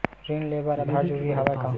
ऋण ले बर आधार जरूरी हवय का?